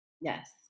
Yes